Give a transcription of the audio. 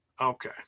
Okay